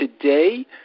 today